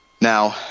Now